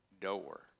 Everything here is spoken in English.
door